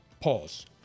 Pause